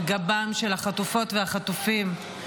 על גבם של החטופות והחטופים,